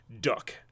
duck